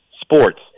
sports